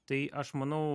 tai aš manau